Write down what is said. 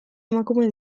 emakume